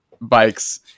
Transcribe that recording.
bikes